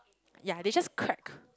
yea they just cracked